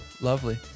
Lovely